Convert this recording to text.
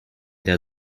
der